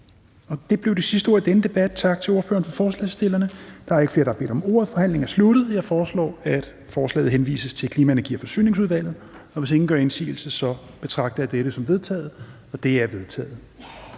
Det blev det sidste ord i denne debat. Tak til ordføreren for forslagsstillerne. Der er ikke flere, der har bedt om ordet. Forhandlingen er sluttet. Jeg foreslår, at forslaget til folketingsbeslutning henvises til Klima-, Energi- og Forsyningsudvalget, og hvis ingen gør indsigelse, betragter jeg dette som vedtaget. Det er vedtaget.